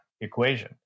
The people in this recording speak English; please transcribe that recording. equation